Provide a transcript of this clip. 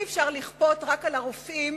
אי-אפשר לכפות רק על הרופאים